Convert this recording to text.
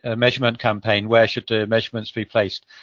ah measurement campaign? where should the measurements be placed?